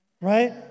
Right